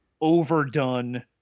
overdone